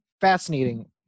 fascinating